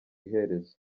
iherezo